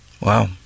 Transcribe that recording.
Wow